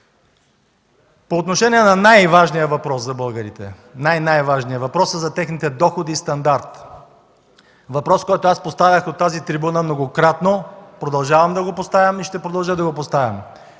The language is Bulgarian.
По отношение на най-важния за българите въпрос, най най-важния въпрос – въпросът за техните доходи и стандарт, въпрос, който аз поставям от тази трибуна многократно и продължавам да го поставям, и ще продължа да го поставям.